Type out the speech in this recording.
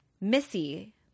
Missy